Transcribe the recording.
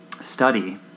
study